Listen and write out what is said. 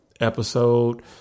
episode